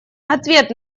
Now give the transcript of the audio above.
ответ